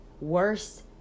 worse